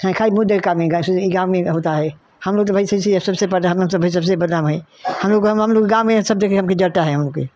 खई खई मुँह देख काम इ गाय्स इ गाँव में होता है हम लोग तो भाई सबसे प्रधान सबसे बदनाम है हम लोग क हम लोग के गाँव में सब जगह हमके जरता है गाँव के